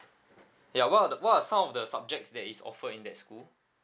ya what are the what are some of the subjects that is offered in that school